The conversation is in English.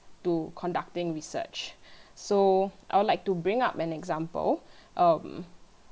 to conducting research so I would like to bring up an example um